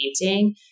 painting